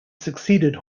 succeeded